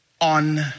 on